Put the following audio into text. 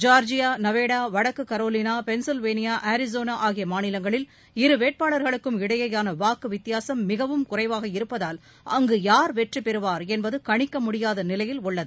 Georgia Nevada வடக்கு Carolina Pennsylvania Arizona ஆகிய மாநிலங்களில் இரு வேட்பாளர்களுக்கும் இடையேயான வாக்கு வித்தியாசம் மிகவும் குறைவாக இருப்பதால் அங்கு யார் வெற்றி பெறுவார் என்பது கணிக்க முடியாத நிலையில் உள்ளது